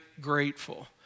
grateful